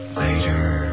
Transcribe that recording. later